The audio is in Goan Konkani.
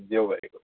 देव बरें करूं